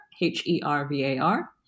H-E-R-V-A-R